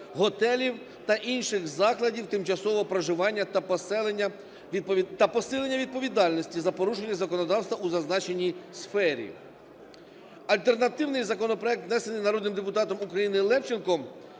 готелів та інших закладів тимчасового проживання та посилення відповідальності за порушення законодавства у зазначеній сфері. Альтернативний законопроект, внесений народним депутатом України Левченком